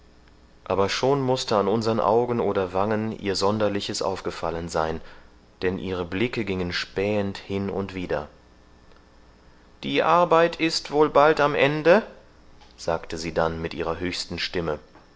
aber schon mußte an unsern augen oder wangen ihr sonderliches aufgefallen sein denn ihre blicke gingen spähend hin und wider die arbeit ist wohl bald am ende sagte sie dann mit ihrer höchsten stimme